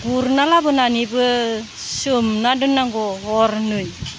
गुरना लाबोनानैबो सोमना दोननांगौ हरनै